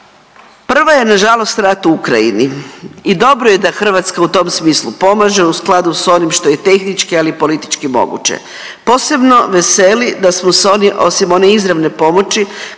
Prva je na žalost rat u Ukrajini i dobro je da Hrvatska u tom smislu pomaže u skladu sa onim što je tehnički, ali i politički moguće. Posebno veseli da smo osim one izravne pomoći